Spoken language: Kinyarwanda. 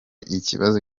ibibazo